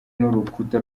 n’urukuta